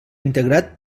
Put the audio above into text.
integrat